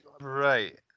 right